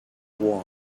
want